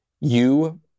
you-